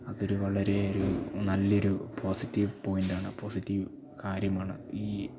അത് ഒരു വളരെ ഒരു നല്ല ഒരു പോസിറ്റീവ് പോയിൻ്റ് ആണ് പോസിറ്റീവ് കാര്യമാണ് ഈ